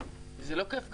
זה לא כיף גדול.